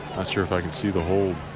sure if i can see the hold.